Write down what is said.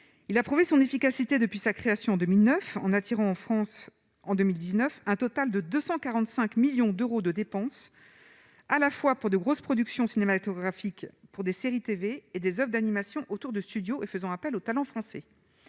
il a prouvé son efficacité depuis sa création 2009 en attirant en France en 2019 un total de 245 millions d'euros de dépenses à la fois pour de grosses productions cinématographiques pour des séries TV et des Oeuvres d'animation autour de Studio et faisant appel aux talents français